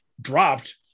dropped